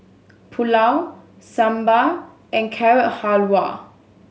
Pulao Sambar and Carrot Halwa